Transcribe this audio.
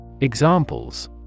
Examples